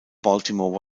baltimore